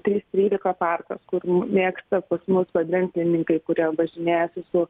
trys trylika parkas kur mėgsta pas mus vandentlentininkai kurie važinėjasi su